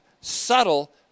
subtle